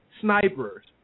snipers